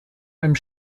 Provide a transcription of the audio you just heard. einem